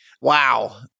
Wow